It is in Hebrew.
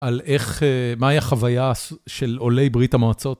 על איך, מהי החוויה של עוליי ברית המועצות.